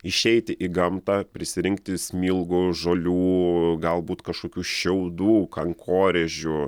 išeiti į gamtą prisirinkti smilgų žolių galbūt kažkokių šiaudų kankorėžių